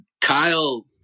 Kyle